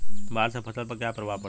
बाढ़ से फसल पर क्या प्रभाव पड़ेला?